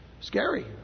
scary